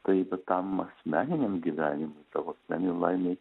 tai va tam asmeniniam gyvenimui savo asmeninei laimei